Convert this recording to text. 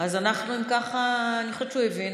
אם ככה, אני חושבת שהוא הבין.